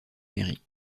mairie